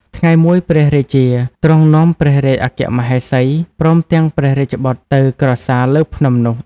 ថ្ងៃមួយ ព្រះរាជាទ្រង់នាំព្រះរាជអគ្គមហេសី ព្រមទាំងព្រះរាជបុត្រទៅក្រសាលលើភ្នំនោះ។